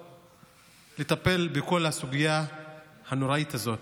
לטפל בכל הסוגיה הנוראית הזאת.